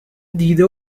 دیده